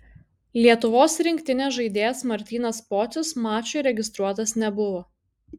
lietuvos rinktinės žaidėjas martynas pocius mačui registruotas nebuvo